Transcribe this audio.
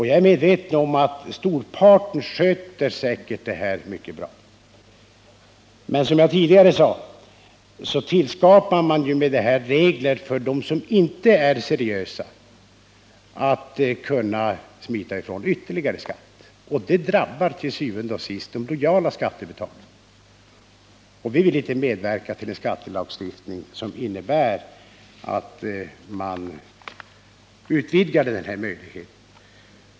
Jag är medveten om att storparten aktuella familjer säkert sköter detta mycket bra. Men som jag sade tidigare tillskapar man med dessa regler möjlighet för dem som inte är seriösa att smita ifrån ytterligare skatt. Det drabbar til syvende og sidst de lojala skattebetalarna. Vi vill inte medverka till en skattelagstiftning som innebär att man utvidgar skatteflyktsmöjligheten.